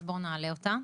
אז בואו נעלה אותה.